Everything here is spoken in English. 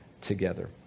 together